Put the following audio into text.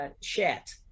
chat